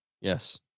Yes